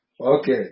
Okay